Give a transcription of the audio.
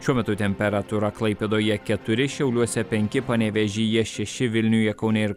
šiuo metu temperatūra klaipėdoje keturi šiauliuose penki panevėžyje šeši vilniuje kaune ir